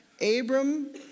Abram